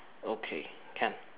okay can